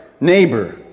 neighbor